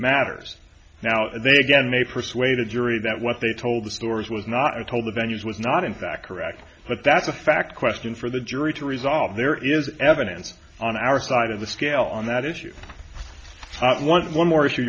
matters now they again may persuade a jury that what they told the stores was not told the venue's was not in fact correct but that's a fact question for the jury to resolve there is evidence on our side of the scale on that issue one one more issue